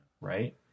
Right